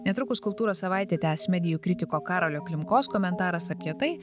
netrukus kultūros savaitę tęs medijų kritiko karolio klimkos komentaras apie tai